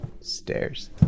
Stairs